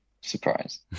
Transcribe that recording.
Surprise